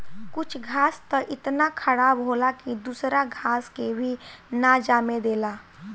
कुछ घास त इतना खराब होला की दूसरा घास के भी ना जामे देला